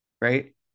right